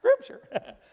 Scripture